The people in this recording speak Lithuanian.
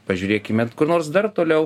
pažiūrėkime kur nors dar toliau